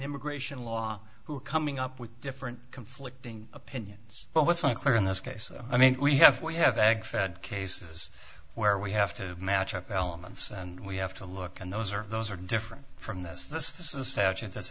immigration law who are coming up with different conflicting opinions but what's not clear in this case i mean we have we have x had cases where we have to match up elements and we have to look and those are those are different from the statute that's